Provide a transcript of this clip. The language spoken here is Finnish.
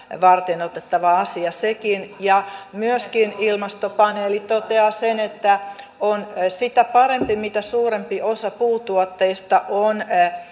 varteenotettava asia sekin ilmastopaneeli toteaa myöskin sen että on sitä parempi mitä suurempi osa puutuotteista on